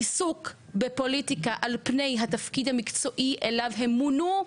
עיסוק בפוליטיקה על פני התפקיד המקצועי אליו הם מונו,